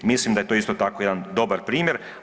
Mislim da je to isto tako, jedan dobar primjer.